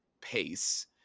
pace